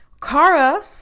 Kara